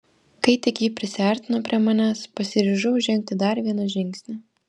kai tik ji prisiartino prie manęs pasiryžau žengti dar vieną žingsnį